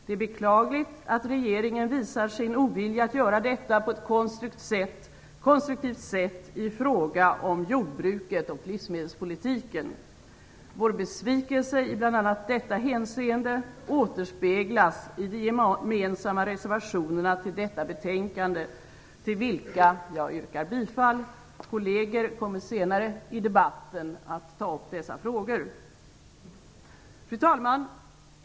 Det är beklagligt att regeringen visar sin ovilja att göra detta på ett konstruktivt sätt i fråga om jordbruket och livsmedelspolitiken. Vår besvikelse i bl.a. detta hänseende återspeglas i de gemensamma reservationerna till detta betänkande till vilka jag yrkar bifall. Kolleger kommer senare i debatten att ta upp dessa frågor. Fru talman!